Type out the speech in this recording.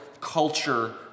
culture